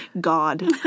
God